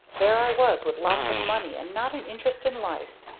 there i was, with lots of money, and not an interest in life!